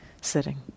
sitting